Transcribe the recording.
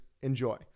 Enjoy